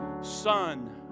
son